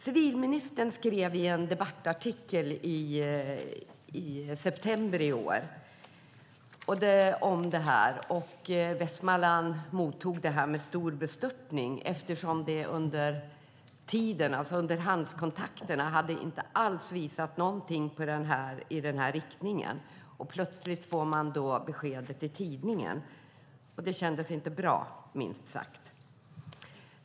Civilministern skrev en debattartikel om det här i september i år, och Västmanland mottog den med stor bestörtning eftersom underhandskontakterna inte alls hade visat någonting i den riktningen. Plötsligt fick man beskedet i tidningen, och det kändes inte bra, minst sagt.